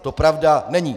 To pravda není.